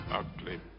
ugly